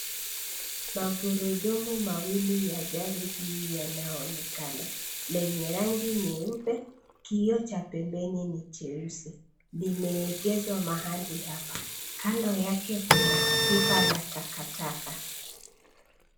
Magurudumu mawili ya gari hii yanaonekana, lenye rangi nyeupe, kioo cha pembeni ni cheusi. Limeegeshwa mahali hapa. Kando yake kuna pipa la takataka.